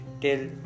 till